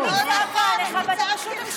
כבר עברנו לסעיף הבא על סדר-היום.